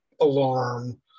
alarm